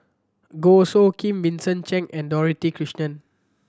Goh Soo Khim Vincent Cheng and Dorothy Krishnan